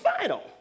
final